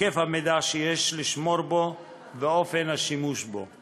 היקף המידע שיש לשמור בו ואופן השימוש בו.